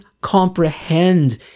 comprehend